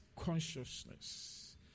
consciousness